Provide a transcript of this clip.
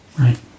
Right